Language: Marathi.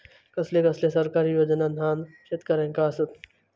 कसले कसले सरकारी योजना न्हान शेतकऱ्यांना आसत?